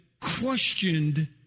questioned